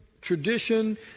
tradition